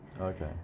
okay